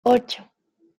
ocho